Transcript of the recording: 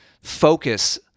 focus